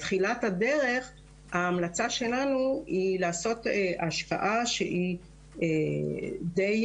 בתחילת הדרך ההמלצה שלנו היא לעשות השקעה שהיא די